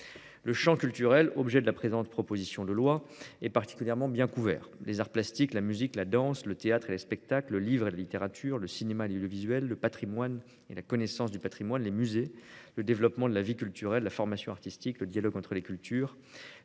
Le champ culturel, objet de la présente proposition de loi, est particulièrement bien couvert. Les arts plastiques, la musique, la danse, le théâtre et les spectacles, le livre et la littérature, le cinéma et l'audiovisuel, le patrimoine et la connaissance du patrimoine, les musées, le développement de la vie culturelle, la formation artistique, le dialogue entre les cultures,